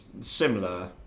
similar